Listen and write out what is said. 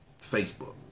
Facebook